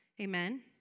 amen